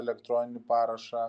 elektroninį parašą